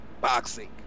boxing